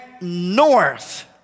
north